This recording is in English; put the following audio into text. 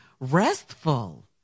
Restful